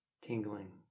tingling